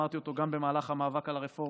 אמרתי אותו גם במהלך המאבק על הרפורמה,